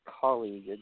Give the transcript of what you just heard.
colleague